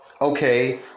okay